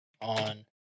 on